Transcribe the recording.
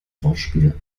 wortspiel